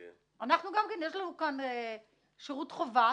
גם לנו יש שירות חובה,